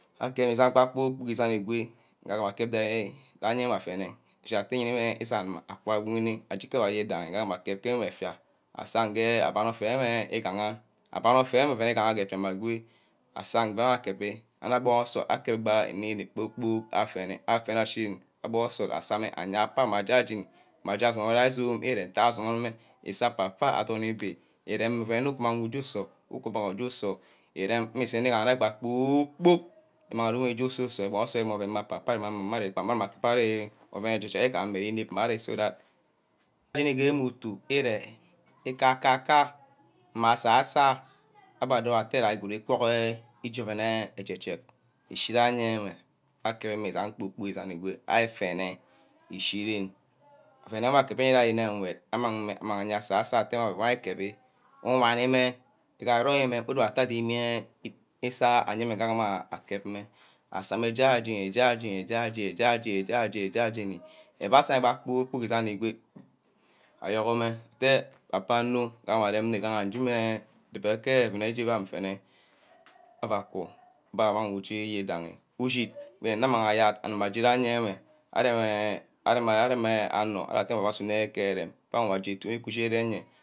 Akari isan gba kpor-kpork isang igwe, nga guma aye wor afene ashin atteh yeneh isan-meh akeh guhuni aje kuba oyidaghi aguma akep ke enwe efia asange ouen affia enwe igaha ouen efia asange ouen affia enwe igaha ouen efia weh igaha geh afiameh agoi asang nga abeh akebi anor borno-ngor akebi gba inep-inep kpor- kpork afene, afene ashi ren aborno nsort asemeh ayea apayor jeni ah jeni mma jagah asama ja izome ere ntack asunor meh iseh apa payor adorn ibi, ouen wor umang inug ijeh usoh, ugumang uje usor erem mmusor igaha nne kpor-kpork imang numeh uje ususor, aguma abornor nsort agubeh papa yo and mama your egbi mmeh ama kubari ouen eje-ne igam mang meh mpanj imang ari uje ususor abbe adowor atteh dumi ikoho ojen wor dumeh aje-jek ishinia yemeh akebe mmeh isan kpor-kpork isan igoi afene ishi ren ouen wor akiebi gah ke ren engwed amang meh amangeh ayeah asagor atteh wan ouen ari-kebi, uwani meh igaroimeh udowor atteh adimeh isah ayemeh ngigama akep meh asemeh jan jeni, ja jeni, ja jeni, ja jeni. nua sameh gba kpor-kpork esen eque ayorgomeh atteh papa nno agama arem nne igaha njemeh adibor ke ouen eje wan mfene, aua ku gba mang wor ije ushi we nem-neh amang ayard nwi danghi we ren nne yeah areme anor wor asunor eren amang wor aje ke usunameh ewe, amang eje ewe.